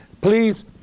please